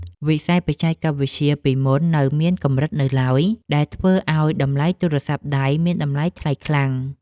វិស័យបច្ចេកវិទ្យាកាលពីមុននៅមានកម្រិតនៅឡើយដែលធ្វើឱ្យតម្លៃទូរស័ព្ទដៃមានតម្លៃថ្លៃខ្លាំង។